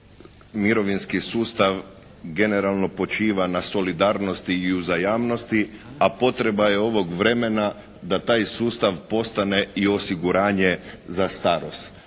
mirovinski sustav generalno počiva na solidarnosti i uzajamnosti, a potreba je ovog vremena da taj sustav postane i osiguranje za starost.